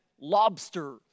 lobster